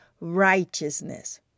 righteousness